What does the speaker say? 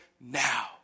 now